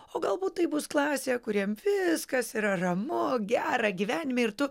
o galbūt tai bus klasėje kuriem viskas yra ramu gera gyvenime ir tu